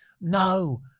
no